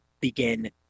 begin